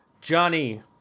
johnny